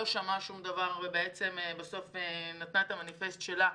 לא שמעה שום דבר ובעצם בסוף נתנה את המניפסט שלה,